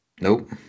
Nope